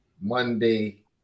Monday